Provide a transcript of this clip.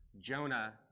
Jonah